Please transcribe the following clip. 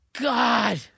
God